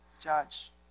judge